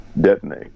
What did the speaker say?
detonate